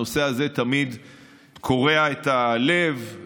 הנושא הזה תמיד קורע את הלב,